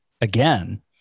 again